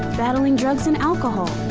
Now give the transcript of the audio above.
battling drugs and alcohol?